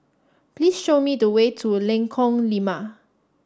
please show me the way to Lengkong Lima